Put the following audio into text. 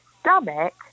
stomach